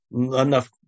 enough